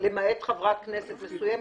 למעט חברת כנסת מסוימת,